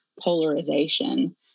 polarization